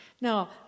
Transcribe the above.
now